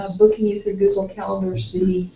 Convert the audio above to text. um booking you through google calendars see